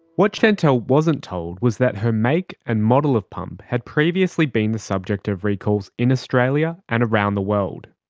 what chantelle wasn't told was that her make and model of pump had previously been the subject of recalls in australia and around the world.